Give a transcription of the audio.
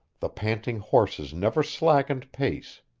the panting horses never slackened pace.